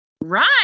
Right